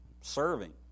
serving